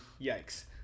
Yikes